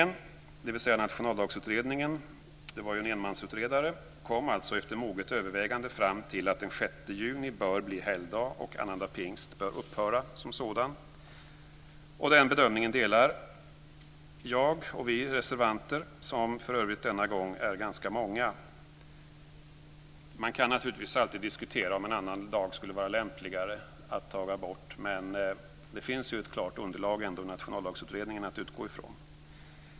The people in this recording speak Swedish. Nationaldagsutredningen, som var en enmansutredning, kom alltså efter moget övervägande fram till att den 6 juni bör bli helgdag och att annandag pingst bör upphöra som sådan. Den bedömningen delar jag och vi reservanter, som denna gång för övrigt är ganska många. Man kan naturligtvis alltid diskutera om en annan dag skulle vara lämpligare att ta bort, men det finns ett klart underlag i Nationaldagsutredningen att utgå från.